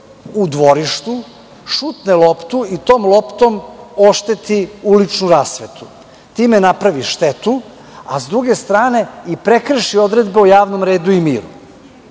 u dvorištu šutne loptu i tom loptom ošteti uličnu rasvetu, time napravi štetu, a s druge strane i prekrši odredbe o javnom redu i miru,